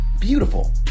beautiful